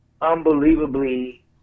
unbelievably